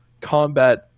combat